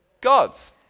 God's